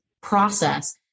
process